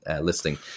listing